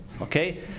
Okay